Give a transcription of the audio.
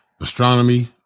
astronomy